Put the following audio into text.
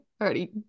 already